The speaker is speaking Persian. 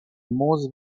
موز